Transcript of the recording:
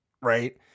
right